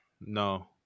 No